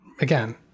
Again